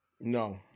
No